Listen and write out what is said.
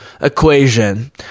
equation